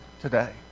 today